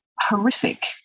horrific